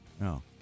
No